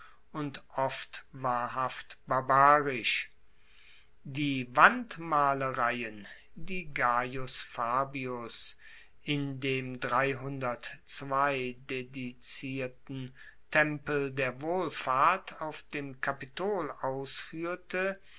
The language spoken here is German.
und oft wahrhaft barbarisch die wandmalereien die gaius fabius in dem dedizierten tempel der wohlfahrt auf dem kapitol ausfuehrte